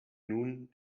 nun